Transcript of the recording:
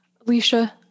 Alicia